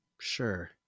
sure